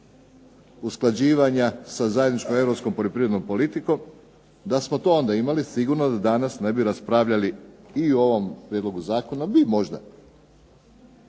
usklađivanja sa zajedničkom europskom poljoprivrednom politikom, da smo to imali sigurno danas ne bi raspravljali i ovom prijedlogu zakona. Bi možda,